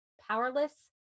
powerless